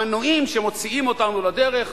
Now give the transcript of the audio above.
המנועים שמוציאים אותנו לדרך,